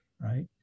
right